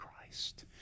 Christ